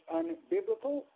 unbiblical